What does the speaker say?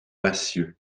massieux